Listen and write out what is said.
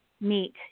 meet